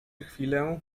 chwilę